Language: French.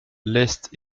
leste